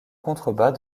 contrebas